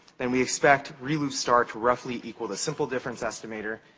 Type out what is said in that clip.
then we expect reloop star to roughly equal the simple difference estimator,